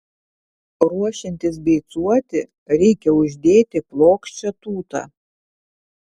ruošiantis beicuoti reikia uždėti plokščią tūtą